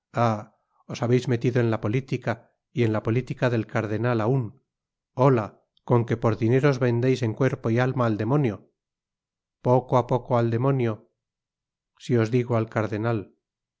os habeis metido en la política y en la política del cardenal aun hola con qué por dinero os vendeis en cuerpo y alma al demonio poco á poco al demonio si os digo al cardenal